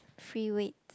three weeks